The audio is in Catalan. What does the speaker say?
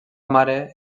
mare